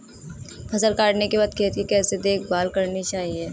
फसल काटने के बाद खेत की कैसे देखभाल करनी चाहिए?